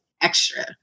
extra